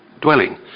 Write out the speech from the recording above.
dwelling